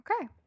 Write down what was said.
okay